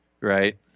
right